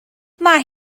mae